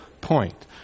point